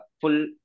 full